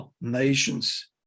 nations